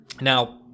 Now